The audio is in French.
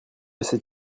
assez